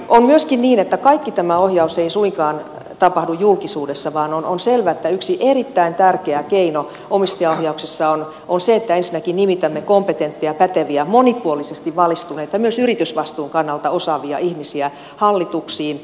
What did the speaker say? on myöskin niin että kaikki tämä ohjaus ei suinkaan tapahdu julkisuudessa vaan on selvä että yksi erittäin tärkeä keino omistajaohjauksessa on se että ensinnäkin nimitämme kompetentteja päteviä monipuolisesti valistuneita myös yritysvastuun kannalta osaavia ihmisiä hallituksiin